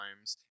times